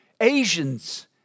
asians